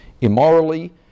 immorally